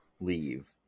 Leave